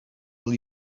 will